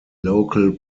local